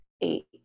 eight